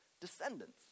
descendants